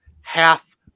half